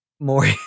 More